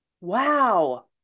Wow